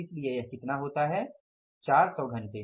इसलिए यह कितना होता है 400 घंटे